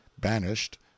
banished